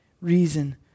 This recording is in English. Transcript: reason